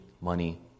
money